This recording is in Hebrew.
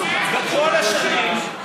בכל השנים,